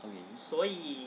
okay